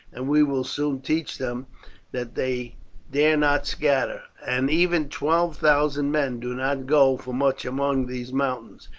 and we will soon teach them that they dare not scatter, and even twelve thousand men do not go for much among these mountains,